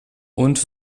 und